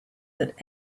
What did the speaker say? that